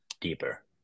deeper